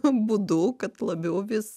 būdu kad labiau vis